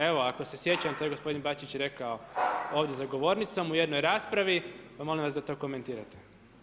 Evo ako se sjećam, to je gospodin Bačić i rekao ovdje za govornicom u jednoj raspravi pa molim vas da to komentirate.